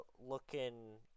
looking